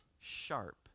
sharp